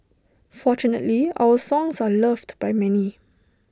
fortunately our songs are loved by many